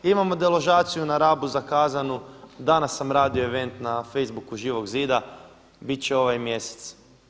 Imamo deložaciju na Rabu zakazanu danas sam radio event na Facebooku živog zida, bit će ovaj mjesec.